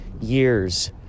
years